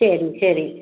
ശരി ശരി